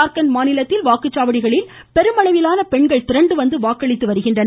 ஜார்க்கண்ட் மாநிலத்தில் வாக்குச்சாவடிகளில் பெருமளவிலான பெண்கள் திரண்டு வந்து வாக்களித்து வருகின்றனர்